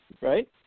right